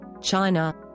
China